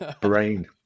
brain